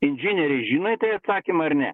inžinieriai žino į tai atsakymą ar ne